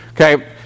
Okay